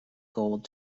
gold